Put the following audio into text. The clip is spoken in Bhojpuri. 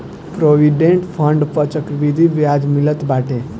प्रोविडेंट फण्ड पअ चक्रवृद्धि बियाज मिलत बाटे